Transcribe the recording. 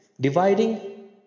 dividing